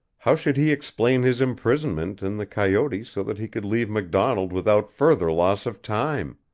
how should he explain his imprisonment in the coyote so that he could leave macdonald without further loss of time?